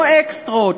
לא אקסטרות,